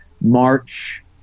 March